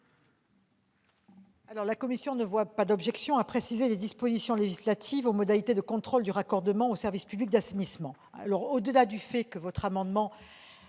La commission ne voit pas d'objection à préciser les dispositions législatives relatives aux modalités de contrôle du raccordement au service public d'assainissement.